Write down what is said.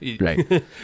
right